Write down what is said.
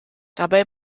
dabei